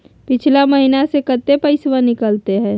पिछला महिना मे कते पैसबा निकले हैं?